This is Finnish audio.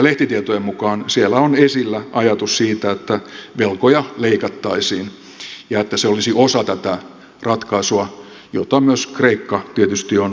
lehtitietojen mukaan siellä on esillä ajatus siitä että velkoja leikattaisiin ja että se olisi osa tätä ratkaisua jota myös kreikka tietysti on johdonmukaisesti vaatinut